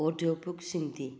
audio ꯕꯨꯛꯁꯤꯡꯗꯤ